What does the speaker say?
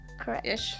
Correct